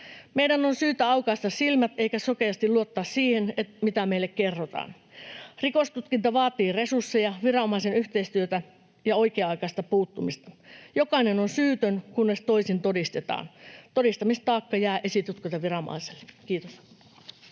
Meidän on syytä aukaista silmät eikä sokeasti luottaa siihen, mitä meille kerrotaan. Rikostutkinta vaatii resursseja, viranomaisten yhteistyötä ja oikea-aikaista puuttumista. Jokainen on syytön, kunnes toisin todistetaan. Todistamistaakka jää esitutkintaviranomaiselle. — Kiitos.